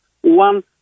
One